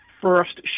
first